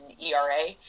ERA